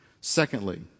Secondly